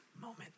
moment